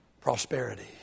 Prosperity